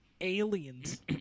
Aliens